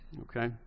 Okay